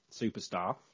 superstar